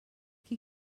qui